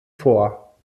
vor